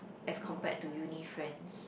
as compared to uni friends